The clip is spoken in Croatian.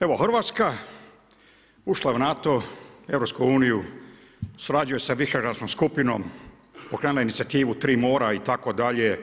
Evo Hrvatska ušla je u NATO, u EU, surađuje sa Višegradskom skupinom, pokrenula je inicijativu Tri mora itd.